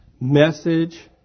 message